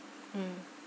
mm